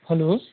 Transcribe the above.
hello